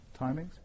timings